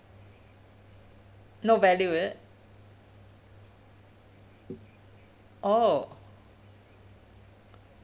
no value is it oh